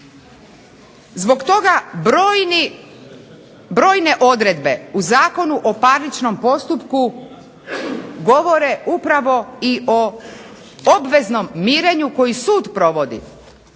Zbog toga brojne odredbe u Zakonu o parničnom postupku govore upravo i o obveznom mirenju koji sud provodi.